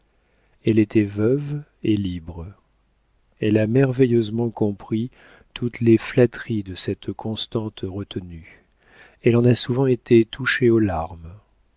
elle était veuve et libre elle a merveilleusement compris toutes les flatteries de cette constante retenue elle en a souvent été touchée aux larmes